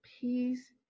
peace